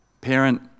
parent